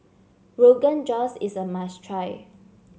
Rogan Josh is a must try